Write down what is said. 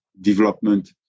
development